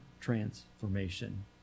transformation